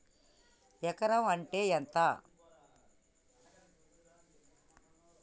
ఎకరం అంటే ఎంత?